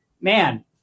man